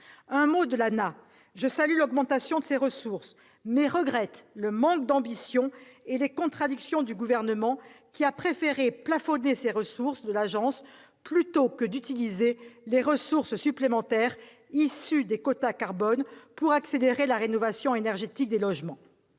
un mot de l'ANAH. Je salue l'augmentation de ses ressources, mais je regrette le manque d'ambition et les contradictions du Gouvernement, qui a préféré plafonner les ressources de l'Agence plutôt que d'utiliser les ressources supplémentaires issues des quotas carbone pour accélérer la rénovation énergétique des logements.